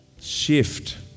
shift